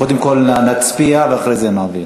קודם כול נצביע, ואחרי זה נעביר.